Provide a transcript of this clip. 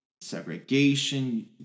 segregation